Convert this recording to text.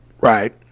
Right